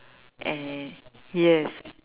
and yes